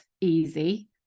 easy